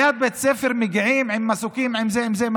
ליד בית ספר מגיעים עם מסוקים, עם זה, עם זה?